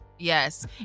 Yes